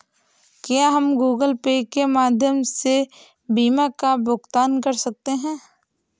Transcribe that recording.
क्या हम Google Pay के माध्यम से बीमा का भुगतान कर सकते हैं?